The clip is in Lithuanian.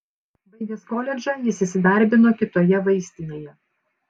baigęs koledžą jis įsidarbino kitoje vaistinėje